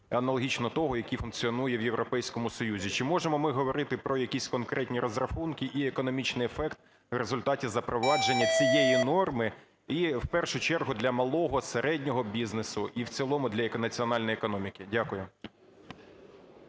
аналогічно того, який функціонує в Європейському Союзі. Чи можемо ми говорити про якісь конкретні розрахунки і економічний ефект в результаті запровадження цієї норми і в першу чергу для малого, середнього бізнесу і в цілому для національної економіки? Дякую.